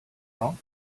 wrong